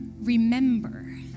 remember